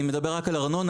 רק על ארנונה,